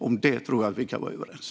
Om det kan vi vara överens.